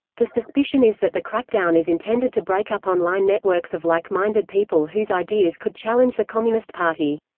the suspicion is that the crackdown is intended to break up online networks of like-minded people whose ideas could challenge the communist party.